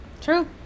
True